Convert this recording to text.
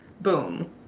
boom